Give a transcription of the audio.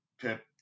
Pip